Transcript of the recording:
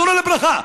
זיכרונו לברכה,